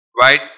Right